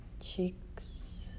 cheeks